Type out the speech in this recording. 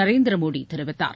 நரேந்திர மோடி தெரிவித்தார்